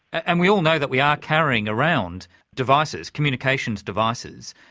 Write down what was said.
and we all know that we are carrying around devices, communications devices,